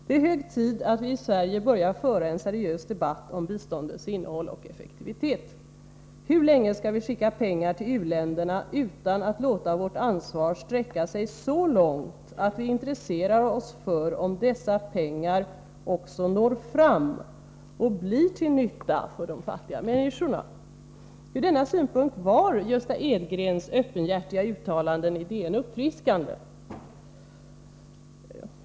Det är hög tid att vi i Sverige börjar föra en seriös debatt om biståndets innehåll och effektivitet. Hur länge skall vi skicka pengar till u-länderna utan att låta vårt ansvar sträcka sig så långt att vi intresserar oss för om dessa pengar också når fram och blir till nytta för de fattiga människorna? Från denna synpunkt var Gösta Edgrens öppenhjärtiga uttalanden i DN uppfriskande.